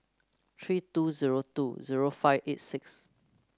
three two zero two zero five eight six